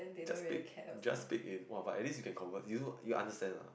just dig just dig in !wah! but at least you can convert you also you understand ah